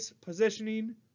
Positioning